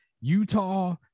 Utah